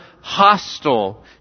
hostile